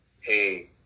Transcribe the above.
hey